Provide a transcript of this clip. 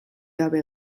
gabe